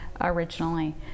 originally